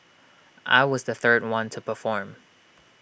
I was the third one to perform